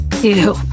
Ew